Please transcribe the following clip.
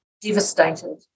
devastated